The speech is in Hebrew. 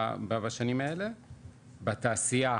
בתעשייה,